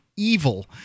Evil